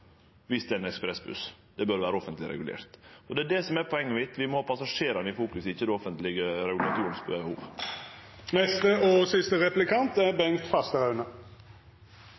det bør vere offentleg regulert. Det er poenget mitt: Vi må fokusere på passasjerane – ikkje behova til det offentlege...